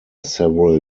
several